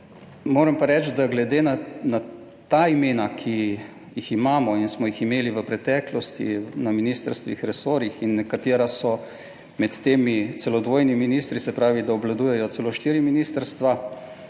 Moram pa reči, da glede na ta imena, ki jih imamo in smo jih imeli v preteklosti na ministrstvih, resorjih in nekatera so med temi celo dvojni ministri, se pravi, da obvladujejo celo štiri ministrstva,